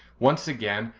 once again,